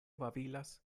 babilas